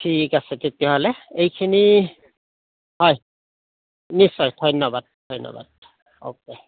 ঠিক আছে তেতিয়াহ'লে এইখিনি হয় নিশ্চয় ধন্যবাদ ধন্যবাদ অ'কে